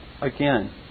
Again